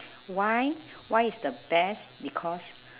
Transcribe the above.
why why it's the best because